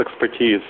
expertise